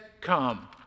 come